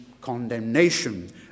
condemnation